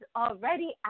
already